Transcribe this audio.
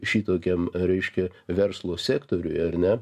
šitokiam reiškia verslo sektoriuj ar ne